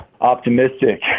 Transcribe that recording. optimistic